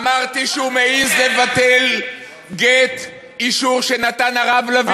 אמרתי שהוא מעז לבטל גט אישור שנתן הרב לביא,